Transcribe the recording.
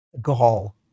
gall